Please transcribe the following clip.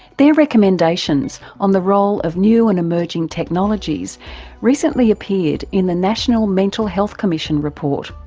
their recommendations on the role of new and emerging technologies recently appeared in the national mental health commission report.